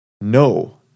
No